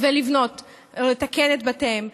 ולבנות או לתקן את בתיהם.